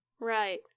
Right